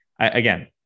again